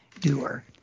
doer